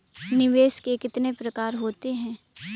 निवेश के कितने प्रकार होते हैं?